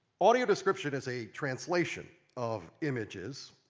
audio description is a translation of images